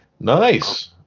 Nice